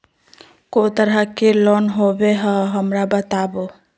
को तरह के लोन होवे हय, हमरा बताबो?